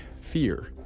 fear